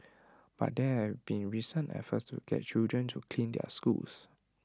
but there have been recent efforts to get children to clean their schools